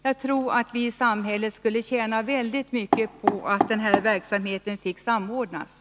Jag tror att samhället skulle tjäna mycket på om den här verksamheten samordnades.